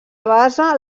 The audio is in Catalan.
base